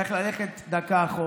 צריך ללכת דקה אחורה.